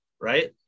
right